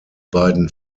beiden